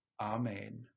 Amen